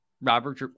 Robert